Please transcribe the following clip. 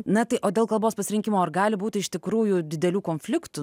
na tai o dėl kalbos pasirinkimo ar gali būti iš tikrųjų didelių konfliktų